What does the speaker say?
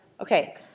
Okay